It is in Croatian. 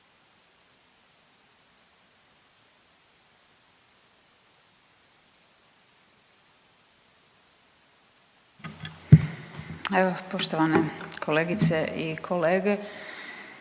poštovane kolegice i kolege.